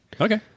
Okay